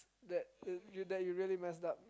that it that you really messed up